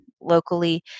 locally